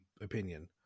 opinion